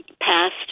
passed